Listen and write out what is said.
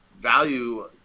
value